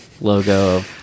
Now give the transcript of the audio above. logo